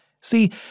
See